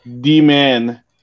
D-Man